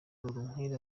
murorunkwere